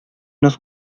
nos